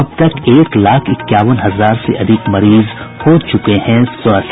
अब तक एक लाख इक्यावन हजार से अधिक मरीज हो चूके हैं स्वस्थ